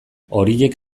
horiek